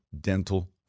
dental